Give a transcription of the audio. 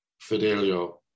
Fidelio